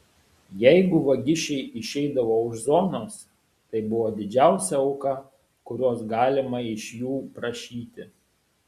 jeigu vagišiai išeidavo už zonos tai buvo didžiausia auka kurios galima iš jų prašyti